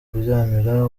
kuryamira